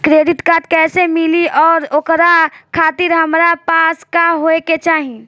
Credit card कैसे मिली और ओकरा खातिर हमरा पास का होए के चाहि?